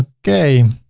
ah okay.